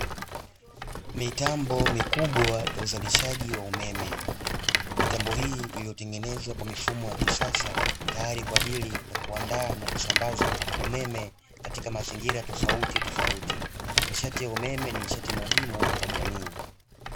Mitambo mikubwa ya uzalishaji wa umeme. Mitambo hii iliyotengenezwa kwa mifumo ya kisasa tayari kwa ajili ya kuandaa na kusambaza umeme katika mazingira tofautitofauti. Nishati ya umeme ni nishati muhimu kwa jamii.